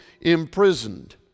imprisoned